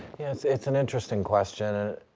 yes, it's an interesting question, and.